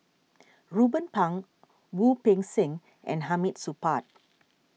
Ruben Pang Wu Peng Seng and Hamid Supaat